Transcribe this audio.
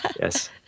Yes